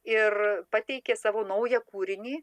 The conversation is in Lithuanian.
ir pateikė savo naują kūrinį